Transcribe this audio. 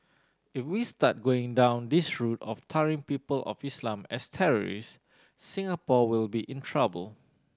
if we start going down this route of tarring people of Islam as terrorists Singapore will be in trouble